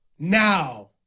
Now